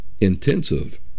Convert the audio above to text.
intensive